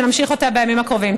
ונמשיך בה בימים הקרובים.